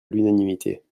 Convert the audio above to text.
l’unanimité